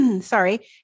sorry